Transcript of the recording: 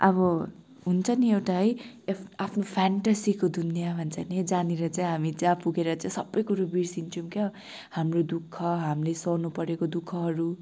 अब हुन्छ नि एउटा है आफ आफ्नो फ्यान्टसीको दुनिया भन्छ नि है जहाँनेर चाहिँ हामी जहाँ पुगेर चाहिँ है सब कुरो बिर्सन्छौँ क्या हाम्रो दुःख हामीले सहनु परेको दुःखहरू